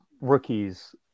rookies